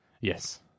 Yes